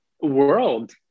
world